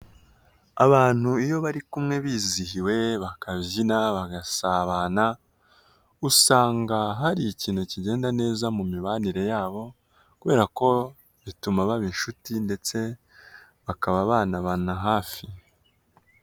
Abantu iyo bari kumwe bizihiwe bakabyina bagasabana, usanga hari ikintu kigenda neza mu mibanire yabo kubera ko bituma baba inshuti ndetse bakaba banabana hafi.